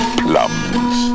plums